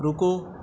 ਰੁਕੋ